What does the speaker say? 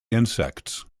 insects